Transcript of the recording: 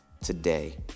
Today